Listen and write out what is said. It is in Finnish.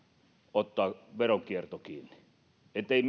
ottaa veronkierto kiinni ettemme